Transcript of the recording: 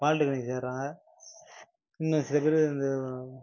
polytechnic சேர்கிறாங்க இன்னும் சில பேர் இந்த